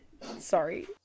Sorry